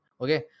Okay